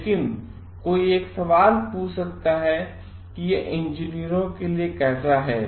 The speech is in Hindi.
लेकिन कोई एक सवाल पूछ सकता है कि यह इंजीनियरों के लिए कैसा है